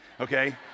Okay